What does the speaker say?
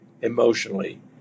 emotionally